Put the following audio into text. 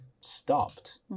stopped